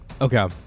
okay